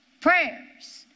Prayers